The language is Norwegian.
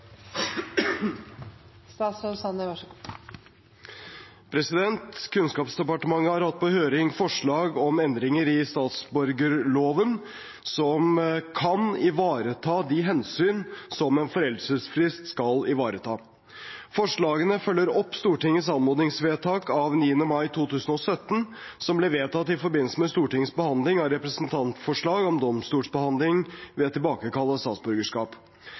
Kunnskapsdepartementet har hatt på høring forslag om endringer i statsborgerloven som kan ivareta de hensyn som en foreldelsesfrist skal ivareta. Forslagene følger opp Stortingets anmodningsvedtak av 9. mai 2017, som ble vedtatt i forbindelse med Stortingets behandling av representantforslag om domstolsbehandling ved tilbakekall av statsborgerskap. I høringsnotatet er det bl.a. foreslått å lovfeste at norsk statsborgerskap